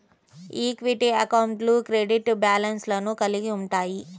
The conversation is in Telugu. ఈక్విటీ అకౌంట్లు క్రెడిట్ బ్యాలెన్స్లను కలిగి ఉంటయ్యి